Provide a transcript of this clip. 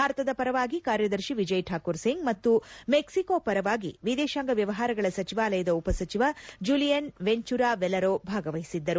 ಭಾರತದ ಪರವಾಗಿ ಕಾರ್ಯದರ್ಶಿ ವಿಜಯ್ ಕಾಕೂರ್ ಸಿಂಗ್ ಮತ್ತು ಮೆಕ್ಸಿಕೊ ಪರವಾಗಿ ವಿದೇಶಾಂಗ ವ್ಲವಹಾರಗಳ ಸಚಿವಾಲಯದ ಉಪ ಸಚಿವ ಜುಲಿಯನ್ ವೆಂಚುರಾ ವೆಲರೊ ಭಾಗವಹಿಸಿದ್ದರು